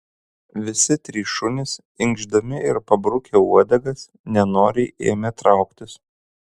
visi trys šunys inkšdami ir pabrukę uodegas nenoriai ėmė trauktis